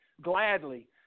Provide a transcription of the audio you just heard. gladly